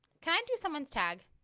kind of do someone's tag?